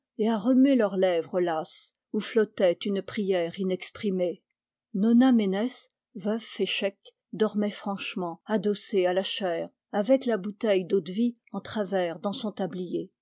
et à remuer leurs lèvres lasses où flottait une prière inexprimée nona ménès veuve féchec dormait franchement adossée à la chaire avec la bouteille d'eau-de-vie en travers dans son tablier